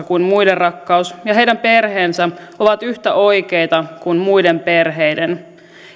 kuin muiden rakkaus ja heidän perheensä ovat yhtä oikeita kuin muiden perheet